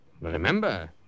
Remember